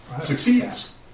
Succeeds